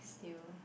still